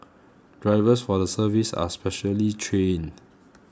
drivers for the service are specially trained